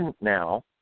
now